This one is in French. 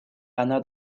anna